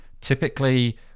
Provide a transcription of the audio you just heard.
typically